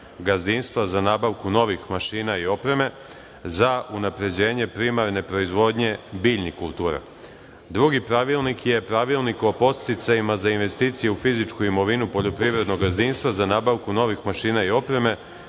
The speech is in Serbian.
gazdinstva za nabavku novih mašina i opreme, za unapređenje primarne proizvodnje biljnih kultura. Drugi pravilnik je Pravilnik o podsticajima za investicije u fizičku imovinu poljoprivrednog gazdinstva za nabavku novih mašina i opreme